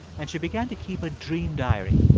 and she began to keep a dream diary